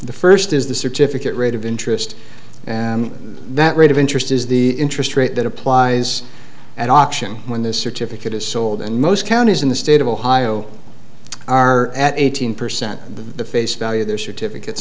the first is the certificate rate of interest and that rate of interest is the interest rate that applies at auction when this certificate is sold and most counties in the state of ohio are at eighteen percent the face value of their certificates